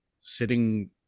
sitting